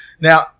Now